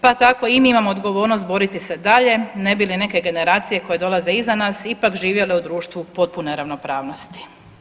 Pa tako i mi imamo odgovornost boriti se dalje ne bi li neke generacije koje dolaze iza nas ipak živjele u društvu potpune ravnopravnosti.